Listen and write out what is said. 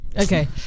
okay